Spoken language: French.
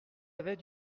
avait